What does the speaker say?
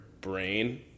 brain